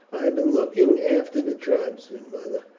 i have been looking after the tribesmen, mother.